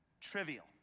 trivial